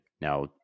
Now